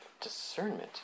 discernment